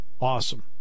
awesome